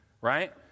right